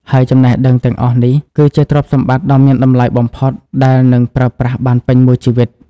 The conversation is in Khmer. ហើយចំណេះដឹងទាំងអស់នេះ គឺជាទ្រព្យសម្បត្តិដ៏មានតម្លៃបំផុតដែលនឹងប្រើប្រាស់បានពេញមួយជីវិត។